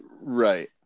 right